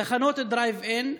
תחנות דרייב-אין,